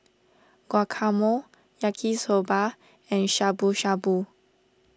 Guacamole Yaki Soba and Shabu Shabu